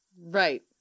Right